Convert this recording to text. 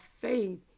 faith